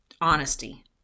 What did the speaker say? honesty